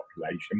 population